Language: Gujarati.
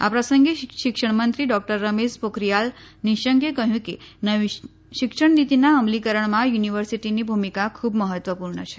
આ પ્રસંગે શિક્ષણમંત્રી ડોકટર રમેશ પોખરિયાલ નિશંકે કહ્યું કે નવી શિક્ષણનિતીના અમલીકરણમાં યુનિવર્સિટીની ભૂમિકા ખૂબ મહત્વપૂર્ણ છે